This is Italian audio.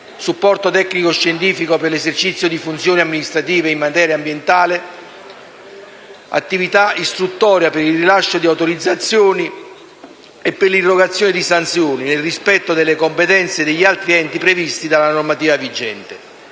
supporto tecnico-scientifico per l'esercizio di funzioni amministrative in materia ambientale; attività istruttoria per il rilascio di autorizzazioni e per l'irrogazione di sanzioni, nel rispetto delle competenze degli altri enti previste dalla normativa vigente;